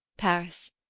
paris,